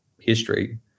history